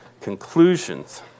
conclusions